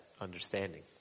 understanding